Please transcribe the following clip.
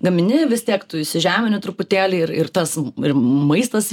gamini vis tiek tu įsižemini truputėlį ir ir tas maistas